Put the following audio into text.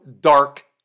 dark